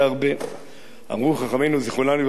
אמרו חכמינו זיכרונם לברכה, החיים